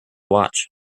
watch